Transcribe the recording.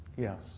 Yes